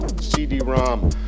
CD-ROM